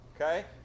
okay